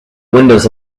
windows